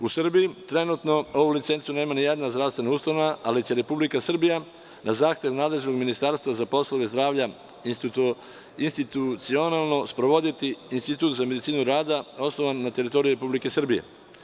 U Srbiji trenutno ovu licencu nema ni jedna zdravstvena ustanova ali će Republika Srbija na zahtev nadležnog Ministarstva za poslove zdravlja institucionalno sprovoditi Institut za medicinu rada osnovan na teritoriji Republike Srbije.